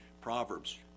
Proverbs